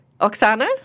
Oksana